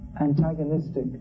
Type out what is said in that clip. antagonistic